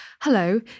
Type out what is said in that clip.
hello